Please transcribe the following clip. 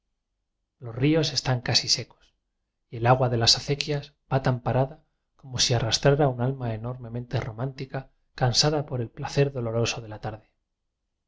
los ríos están casi secos y el agua de las acequias va tan parada como si arras trara un alma enormemente romántica can sada por el placer doloroso de la tarde